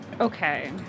okay